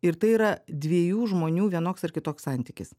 ir tai yra dviejų žmonių vienoks ar kitoks santykis